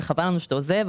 וחבל לנו שאתה עוזב,